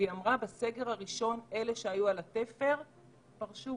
היא אמרה שאלו שהיו על התפר בסגר הראשון פרשו,